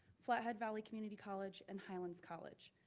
flathead valley community college, and highlands college.